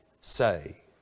say